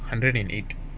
hundred and eight